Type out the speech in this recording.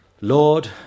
Lord